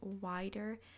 wider